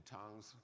tongues